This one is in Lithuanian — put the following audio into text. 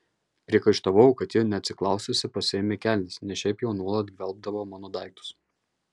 priekaištavau kad ji neatsiklaususi pasiėmė kelnes nes šiaip jau nuolat gvelbdavo mano daiktus